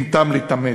אין טעם להתאמץ.